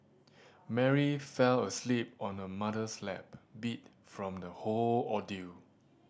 Mary fell asleep on her mother's lap beat from the whole ordeal